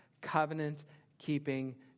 covenant-keeping